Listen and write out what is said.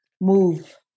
move